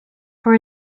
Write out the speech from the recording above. for